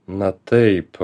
na taip